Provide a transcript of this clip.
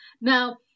Now